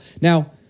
Now